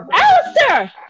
Alistair